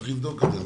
צריך לבדוק את זה.